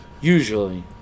Usually